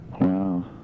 Wow